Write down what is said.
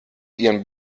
ihren